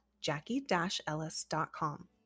Jackie-Ellis.com